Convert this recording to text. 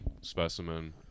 specimen